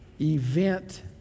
event